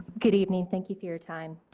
good evening thank you for your time.